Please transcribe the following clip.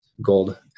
gold